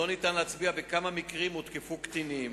לא ניתן להצביע בכמה מקרים הותקפו קטינים.